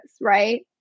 right